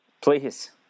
Please